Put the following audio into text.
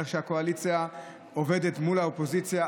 איך שהקואליציה עובדת מול האופוזיציה.